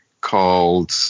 called